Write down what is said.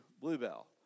bluebell